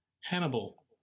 Hannibal